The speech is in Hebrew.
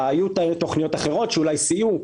היו תוכניות אחרות שאולי סייעו,